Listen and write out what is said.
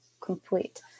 complete